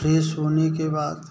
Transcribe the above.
फिर सोने के बाद